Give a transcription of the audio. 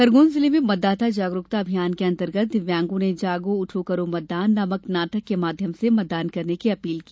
खरगोन जिले में मतदाता जागरूकता अभियान के अंतर्गत दिव्यांगो ने जागो उठो करो मतदान नामक नाटक के माध्यम से मतदान करने की अपील की